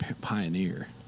pioneer